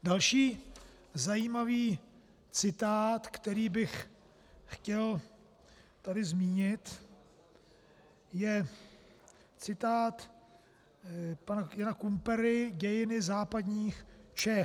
Další zajímavý citát, který bych chtěl tady zmínit, je citát pana Jana Kumpery Dějiny západních Čech.